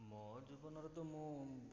ମୋ ଜୀବନରେ ତ ମୁଁ